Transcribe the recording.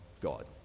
God